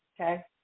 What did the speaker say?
Okay